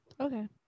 Okay